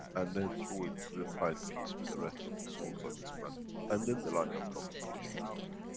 and then, through it, we'll find peace with the rest of the souls on this planet. and then the line of communication starts.